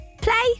play